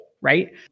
right